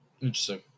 Interesting